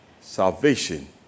salvation